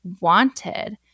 wanted